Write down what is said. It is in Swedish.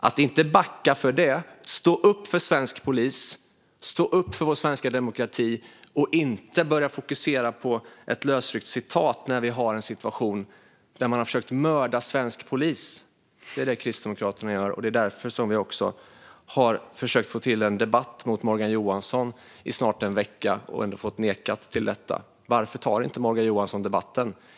Att inte backa, att stå upp för svensk polis och att stå upp för vår svenska demokrati i stället för att fokusera på ett lösryckt citat när vi har en situation där man har försökt mörda svensk polis är vad Kristdemokraterna gör. Därför har vi också försökt att få till en debatt mot Morgan Johansson i snart en vecka. Det har vi nekats. Varför tar inte Morgan Johansson debatten?